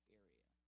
area